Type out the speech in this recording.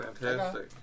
Fantastic